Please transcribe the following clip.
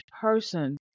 person